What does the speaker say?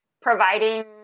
providing